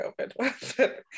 COVID